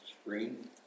screen